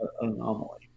anomaly